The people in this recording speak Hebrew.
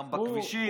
גם בכבישים,